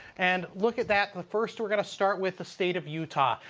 and look at that. the first we are going to start with the state of utah.